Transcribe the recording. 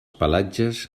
pelatges